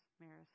Maris